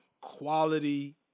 quality